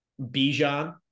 Bijan